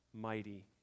mighty